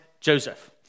Joseph